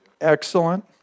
Excellent